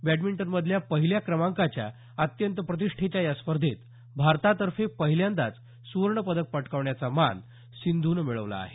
बॅडमिंटनमधल्या पहिल्या क्रमांकाच्या अत्यंत प्रतिष्ठेच्या या स्पर्धेत पहिल्यांदाच सुवर्णपदक पटकावण्याचा मान सिंधुनं मिळवला आहे